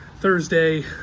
Thursday